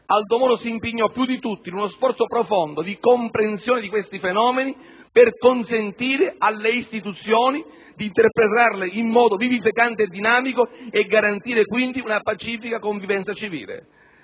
Aldo Moro si impegnò più di tutti in uno sforzo profondo di comprensione di questi fenomeni per consentire alle istituzioni di interpretarli in modo vivificante e dinamico e garantire, quindi, una pacifica convivenza civile.